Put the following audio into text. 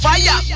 Fire